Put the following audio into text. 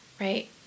right